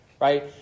right